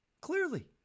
Clearly